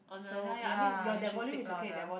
so ya we should speak louder